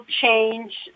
change